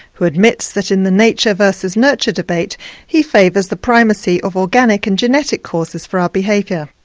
who admits that in the nature versus nurture debate he favours the primacy of organic and genetic causes for our behaviour.